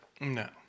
No